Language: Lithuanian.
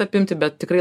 apimti bet tikrai